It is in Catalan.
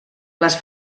les